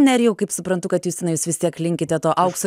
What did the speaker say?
nerijau kaip suprantu kad justinai jūs vis tiek linkite to aukso